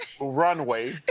runway